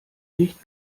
nicht